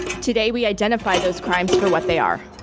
today, we identify those crimes for what they are,